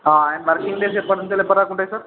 ఆ and working days ఎప్పటి నుండి ఎప్పటిదాకా ఉంటాయి సార్